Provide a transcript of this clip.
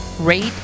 rate